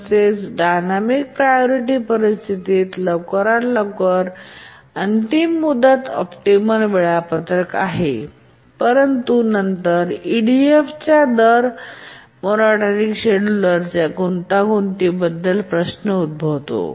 तसेच dynamic priority परिस्थितीत लवकरात लवकर अंतिम मुदत ऑप्टिमल वेळापत्रक आहे परंतु नंतर EDFच्या दर मोनोटोनिकरेट मोनोटोनिक शेड्यूलरच्या गुंतागुंत बद्दल प्रश्न उद्भवतो